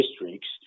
districts